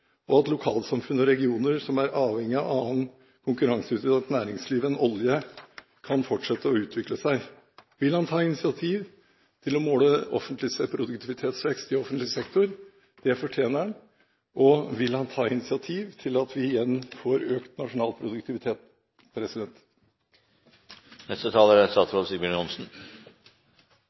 og for at lokalsamfunn og regioner som er avhengige av annet konkurranseutsatt næringsliv enn oljenæringen, kan fortsette å utvikle seg? Vil han ta initiativ til å måle produktivitetsveksten i offentlig sektor – det fortjener den – og vil han ta initiativ til at vi igjen får økt nasjonal produktivitet?